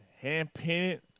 hand-painted